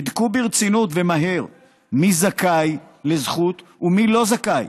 בדקו ברצינות ומהר מי זכאי ומי לא זכאי.